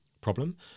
problem